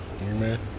Amen